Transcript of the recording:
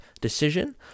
decision